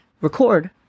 record